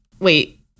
Wait